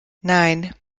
nine